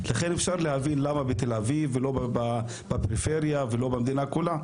לכן אפשר להבין למה בתל אביב ולא בפריפריה ולא במדינה כולה.